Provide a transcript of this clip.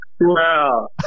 Wow